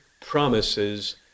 promises